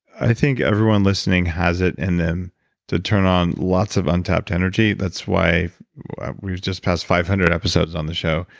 i think everyone listening has it in them to turn on lots of untapped energy that's why we're just passed five hundred episodes on the show.